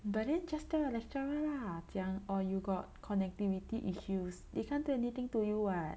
but then just tell your lecturer lah 讲 orh you got connectivity issues they can't do anything to you [what]